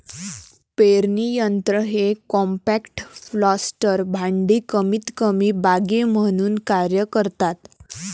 पेरणी यंत्र हे कॉम्पॅक्ट प्लांटर भांडी कमीतकमी बागे म्हणून कार्य करतात